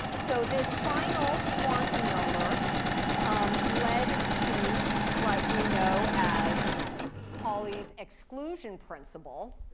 so this final quantum number um led to what we know as pauli's exclusion principle,